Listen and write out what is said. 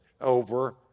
over